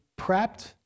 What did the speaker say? prepped